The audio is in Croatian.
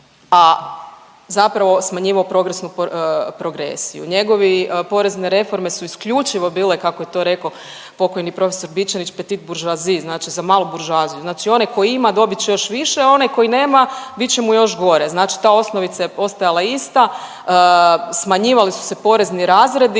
a zapravo smanjivao progresnu progresiju. Njegovi porezne reforme su isključivo bile kako je to rekao pokojni profesor Bičanić, petty bourgeoisie, znači za malu Buržoaziju. Znači onaj koji ima dobit će još više, a onaj koji nema bit će mu još gore. Znači ta osnovica je ostala ista, smanjivali su se porezni razredi.